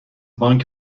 بانک